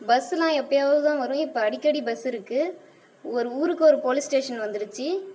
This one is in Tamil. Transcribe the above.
பஸ்லாம் எப்போயாவது தான் வரும் இப்போ அடிக்கடி பஸ் இருக்குது ஒரு ஊருக்கு ஒரு போலிஸ் ஸ்டேஷன் வந்துடுச்சு